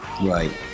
Right